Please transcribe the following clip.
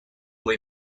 who